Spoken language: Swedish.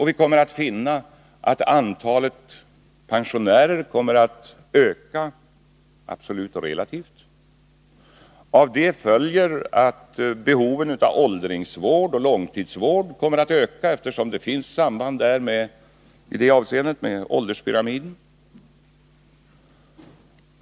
Vi kommer då att finna att antalet pensionärer kommer att öka, absolut och relativt. Av det följer att behoven av åldringsvård och långtidsvård kommer att bli större, eftersom det i det avseendet finns ett samband med ålderspyramiden.